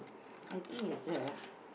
I think it's a